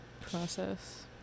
process